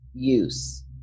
Use